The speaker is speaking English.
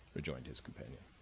rejoined his companion.